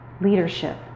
leadership